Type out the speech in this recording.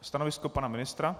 Stanovisko pana ministra?